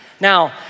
Now